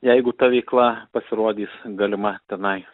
jeigu ta veikla pasirodys galima tenai